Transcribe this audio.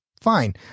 fine